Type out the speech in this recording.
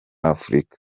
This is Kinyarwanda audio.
afurika